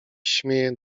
śmieje